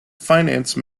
finance